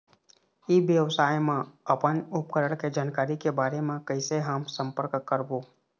ई व्यवसाय मा अपन उपकरण के जानकारी के बारे मा कैसे हम संपर्क करवो?